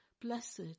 Blessed